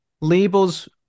labels